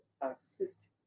assist